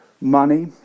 Money